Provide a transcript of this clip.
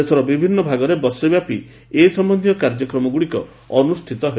ଦେଶର ବିଭିନ୍ନ ଭାଗରେ ବର୍ଷେ ବ୍ୟାପୀ ଏ ସମ୍ୟନ୍ଧୀୟ କାର୍ଯ୍ୟକ୍ରମଗୁଡ଼ିକ ଅନୁଷ୍ଠିତ ହେବ